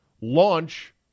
launch